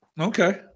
Okay